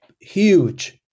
huge